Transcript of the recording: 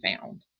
found